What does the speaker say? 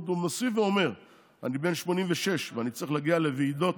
והוא עוד מוסיף ואומר: "אני בן 86 ואני צריך להגיע לוועידות"